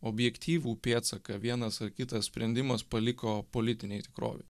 objektyvų pėdsaką vienas ar kitas sprendimas paliko politinėj tikrovėj